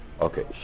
Okay